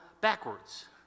backwards